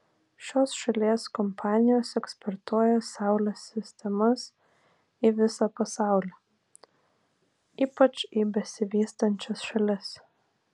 šios šalies kompanijos eksportuoja saulės sistemas į visą pasaulį ypač į besivystančias šalis